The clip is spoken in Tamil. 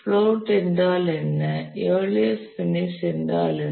பிளோட் என்றால் என்ன இயர்லியஸ்ட் பினிஷ் என்றால் என்ன